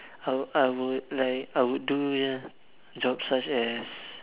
I I would like I would do ya jobs such as